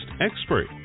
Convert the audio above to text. expert